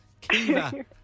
Kiva